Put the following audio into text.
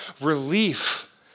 relief